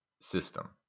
system